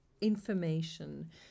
information